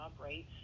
right